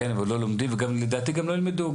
הם עוד לא לומדים ולדעתי גם לא ילמדו.